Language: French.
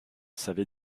savait